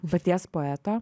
paties poeto